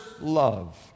love